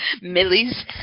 Millie's